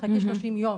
תחכי 30 יום,